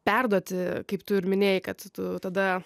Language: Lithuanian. perduoti kaip tu ir minėjai kad tu tada